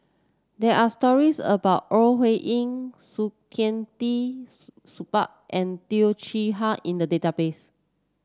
there are stories about Ore Huiying Saktiandi Supaat and Teo Chee Hean in the database